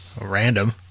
random